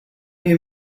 you